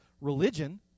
religion